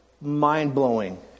mind-blowing